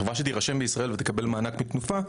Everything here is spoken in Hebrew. חברה שתירשם בישראל ותקבל מענק מתנופה,